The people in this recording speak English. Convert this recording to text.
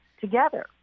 together